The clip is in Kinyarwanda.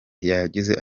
yagize